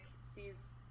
sees